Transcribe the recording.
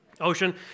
Ocean